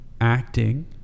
acting